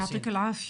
יישר כוח,